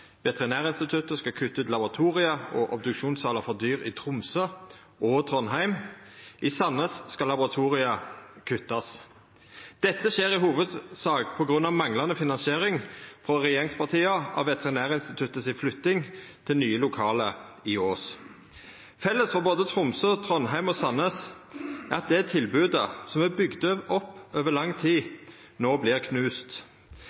Veterinærinstituttet skal kutta ut laboratorium og obduksjonssalar for dyr i Tromsø og Trondheim. I Sandnes skal laboratorium kuttast. Dette skjer i hovudsak på grunn av manglande finansiering frå regjeringspartia av Veterinærinstituttets flytting til nye lokale på Ås. Felles for både Tromsø, Trondheim og Sandnes er at det tilbodet som er bygd opp over lang tid, no vert knust.